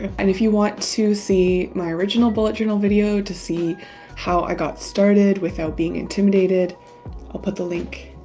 and if you want to see my original bullet journal video to see how i got started without being intimidated i'll put the link,